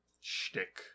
shtick